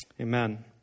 Amen